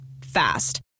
Fast